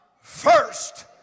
first